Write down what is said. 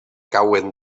cauen